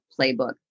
playbook